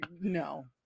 no